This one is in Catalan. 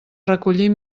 recollir